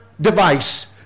device